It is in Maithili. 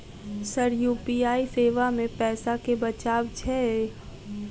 सर यु.पी.आई सेवा मे पैसा केँ बचाब छैय?